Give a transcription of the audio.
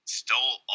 stole